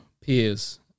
peers